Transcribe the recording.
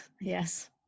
yes